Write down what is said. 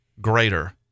greater